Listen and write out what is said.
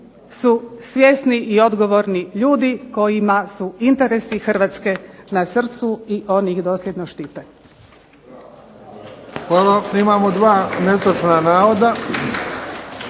su svjesni i odgovorni ljudi kojima su interesi Hrvatske na srcu i oni ih dosljedno štite.